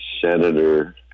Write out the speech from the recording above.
senator